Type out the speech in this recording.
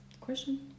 question